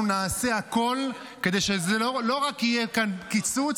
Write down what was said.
אנחנו נעשה הכול כדי שלא רק יהיה קיצוץ,